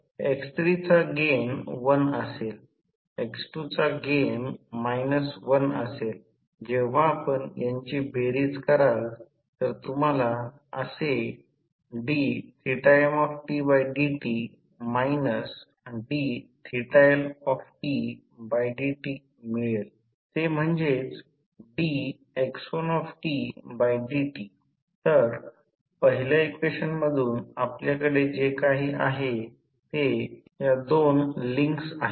तर x3 चा gain 1 असेल x2 चा गेन 1 असेल जेव्हा आपण यांची बेरीज कराल तर तुम्हाला असे dmdt dLdt मिळेल ते म्हणजेच dx1dt तर पहिल्या इक्वेशन मधून आपल्याकडे जे काही आहे ते या दोन लिंक्स आहेत